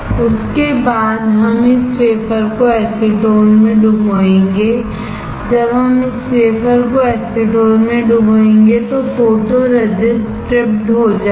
उसके बाद हम इस वेफरको एसीटोन में डुबोएंगे जब हम इस वेफर को एसीटोन में डुबाएंगे तो फोटोरेसिस्ट स्ट्रिपड हो जाएगा